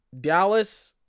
Dallas